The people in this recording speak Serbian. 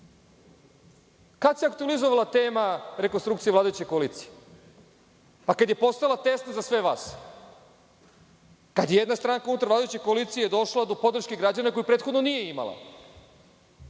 DS.Kada se aktuelizovala tema rekonstrukcije vladajuće koalicije? Kada je postala tesna za sve vas, kada je jedna stranka unutar vladajuće koalicije došla do podrške građana koju prethodno nije imala,